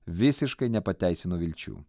visiškai nepateisino vilčių